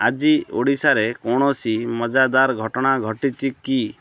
ଆଜି ଓଡ଼ିଶାରେ କୌଣସି ମଜାଦାର ଘଟଣା ଘଟିଛି କି